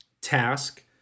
Task